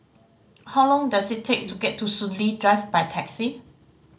how long does it take to get to Soon Lee Drive by taxi